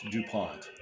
DuPont